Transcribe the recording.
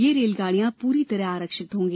ये रेलगाड़ियां पूरी तरह आरक्षित होंगी